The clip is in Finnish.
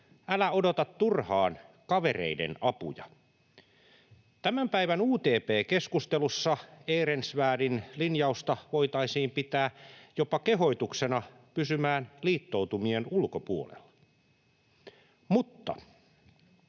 älä odota turhaan kavereiden apuja. Tämän päivän UTP-keskustelussa Ehrensvärdin linjausta voitaisiin pitää jopa kehotuksena pysyä liittoutumien ulkopuolella. Mutta